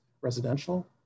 residential